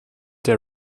der